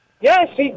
Yes